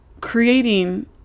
creating